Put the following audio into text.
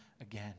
again